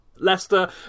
Leicester